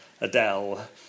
Adele